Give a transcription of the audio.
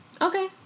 Okay